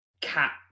cat